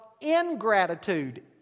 ingratitude